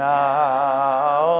now